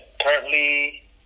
currently